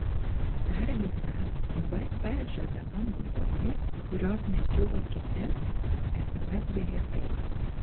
dar viena bp žadama naujovė kurios nesiūlo kiti sms bilietai